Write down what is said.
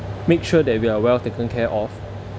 make sure that we are well taken care of